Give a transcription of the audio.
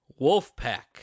Wolfpack